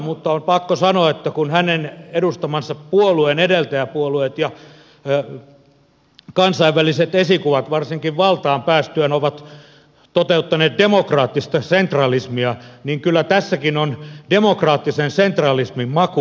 mutta on pakko sanoa että kun hänen edustamansa puolueen edeltäjäpuolueet ja kansainväliset esikuvat varsinkin valtaan päästyään ovat toteuttaneet demokraattista sentralismia niin kyllä tässäkin on demokraattisen sentralismin maku